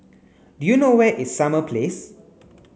do you know where is Summer Place